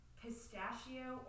pistachio